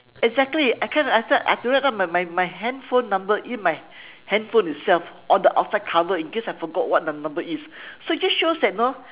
exactly I can't even accept I have to write up my my my handphone number in my handphone itself on the outside cover in case I forgot what the number is so it just shows that you know